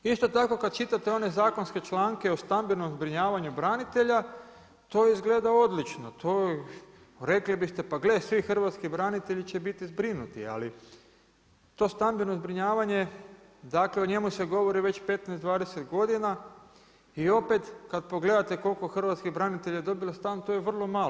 Isto tako, kad čitate one zakonske članke o stambenom zbrinjavanju branitelja, to izgleda odlično, to, rekli biste, pa gle, svi hrvatski branitelji će biti zbrinuti, ali to stambeno zbrinjavanje, dakle, o njemu se govori već 15, 20 godina i opet kad pogledate, kad hrvatskih branitelja je dobilo stan to je vrlo malo.